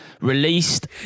Released